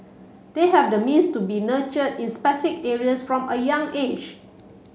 they have the means to be nurtured in specific areas from a young age